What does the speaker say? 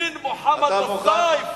דין מוחמד בסיף.